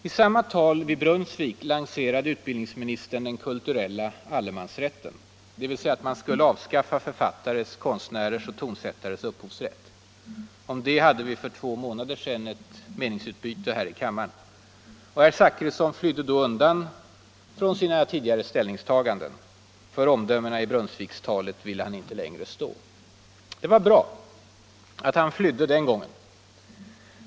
I samma tal vid Brunnsvik lanserade utbildningsministern den ”kulturella allemansrätten”, dvs. att man skulle avskaffa författares, konstnärers och tonsättares upphovsrätt. Om det hade vi för två månader sedan ett meningsutbyte här i kammaren. Herr Zachrisson flydde då undan från sina tidigare ställningstaganden. För omdömena i Brunnsvikstalet ville han inte längre stå. Det var bra att herr Zachrisson flydde den gången.